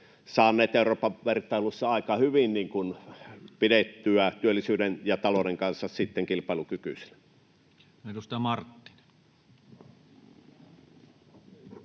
saaneet Euroopan vertailussa aika hyvin pidettyä työllisyyden ja talouden kanssa kilpailukykyisenä. [Speech 318]